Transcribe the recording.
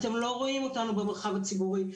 אתם לא רואים אותנו במרחב הציבורי,